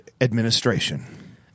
administration